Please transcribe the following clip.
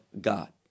God